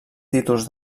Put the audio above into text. títols